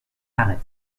arès